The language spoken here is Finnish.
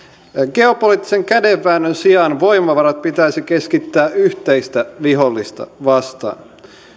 geopoliittisen kädenväännön sijaan voimavarat pitäisi keskittää yhteistä vihollista vastaan